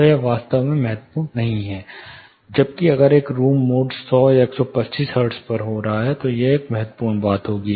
तो यह वास्तव में महत्वपूर्ण बात नहीं है जबकि अगर एक रूम मोड 100 या 125 हर्ट्ज पर हो रहा है तो यह एक महत्वपूर्ण बात होगी